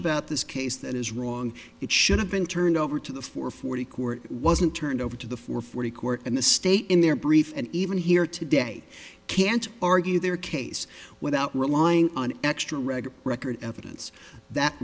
about this case that is wrong it should have been turned over to the four forty court wasn't turned over to the four forty court and the state in their brief and even here today can't argue their case without relying on extra reg record evidence that